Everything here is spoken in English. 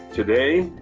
today,